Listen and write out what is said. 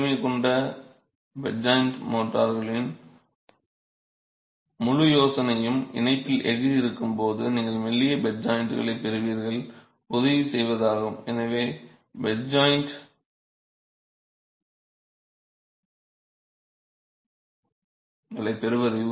அதிக வலிமை கொண்ட பெட் ஜாய்ன்ட் மோர்டார்களின் முழு யோசனையும் இணைப்பில் எஃகு இருக்கும் போது நீங்கள் மெல்லிய பெட் ஜாய்ன்ட்களைப் பெறுவதை உறுதி செய்வதாகும்